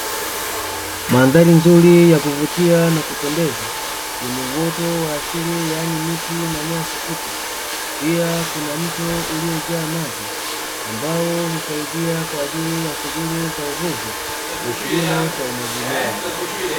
Mandhari nzuri ya kuvutia na kupendeza, yenye uoto wa asili, yaani miti na nyasi fupi, pia kuna mto uliojaa maji, ambao husaidia kwa ajili ya shughuli za uvuvi na kilimo cha umwagiliaji.